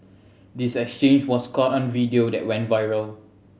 this exchange was caught on a video that went viral